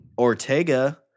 Ortega